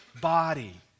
body